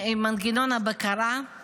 מנגנון הבקרה על